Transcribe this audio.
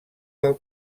del